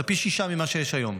זה פי שישה ממה שיש היום.